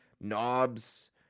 knobs